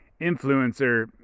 influencer